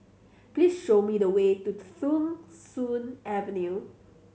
please show me the way to Thong Soon Avenue